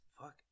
Fuck